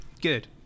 Good